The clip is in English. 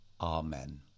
Amen